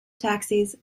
taxis